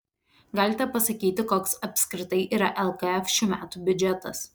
galite pasakyti koks apskritai yra lkf šių metų biudžetas